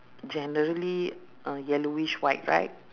generally uh yellowish white right